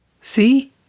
See